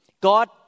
God